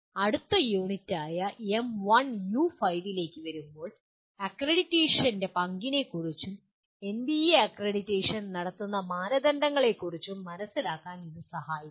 അടുത്ത യൂണിറ്റായ M1U5 ലേക്ക് വരുമ്പോൾ അക്രഡിറ്റേഷൻ്റെ പങ്കിനെക്കുറിച്ചും എൻബിഎ അക്രഡിറ്റേഷൻ നടത്തുന്ന മാനദണ്ഡങ്ങളെക്കുറിച്ചും മനസിലാക്കാൻ ഇത് സഹായിക്കും